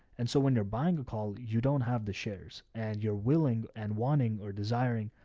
and so when you're buying a call, you don't have the shares and you're willing and wanting or desiring,